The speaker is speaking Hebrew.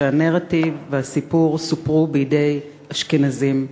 שהנרטיב והסיפור סופרו בידי אשכנזים,